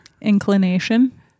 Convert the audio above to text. Inclination